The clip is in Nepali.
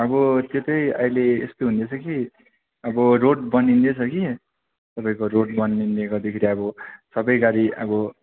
अब त्यो चाहिँ अहिले यस्तो हुँदैछ कि अब रोड बनिँदैछ कि तपाईँको रोड बनिँदै गर्दाखेरि अब सबै गाडी अब